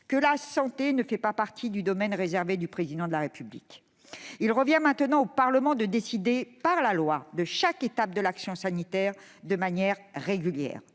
que la santé ne fait pas partie du domaine réservé du Président de la République ? Il revient maintenant au Parlement de décider, par la loi, de chaque étape de l'action sanitaire, de manière régulière.